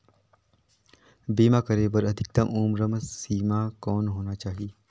बीमा करे बर अधिकतम उम्र सीमा कौन होना चाही?